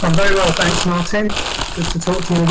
um very well thanks martin, good to talk to you